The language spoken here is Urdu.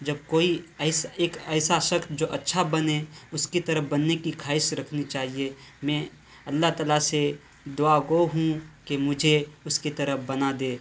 جب کوئی ایسا ایک ایسا شخص جو اچھا بنے اس کی طرح بننے کی خواہش رکھنی چاہیے میں اللہ تعالیٰ سے دعاگو ہوں کہ مجھے اس کی طرح بنا دے